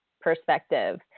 perspective